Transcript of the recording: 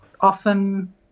often